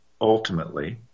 ultimately